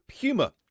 Puma